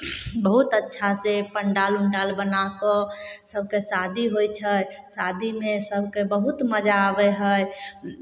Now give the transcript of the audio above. बहुत अच्छा से पण्डाल उण्डाल बनाकऽ सबके शादी होइ छै शादीमे सबके बहुत मजा आबै है